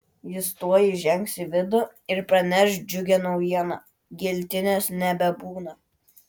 jis tuoj įžengs į vidų ir praneš džiugią naujieną giltinės nebebūna